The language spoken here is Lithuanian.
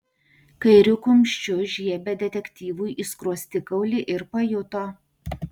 kairiu kumščiu žiebė detektyvui į skruostikaulį ir pajuto